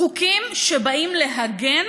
חוקים שבאים להגן